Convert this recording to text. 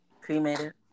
Cremated